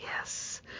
Yes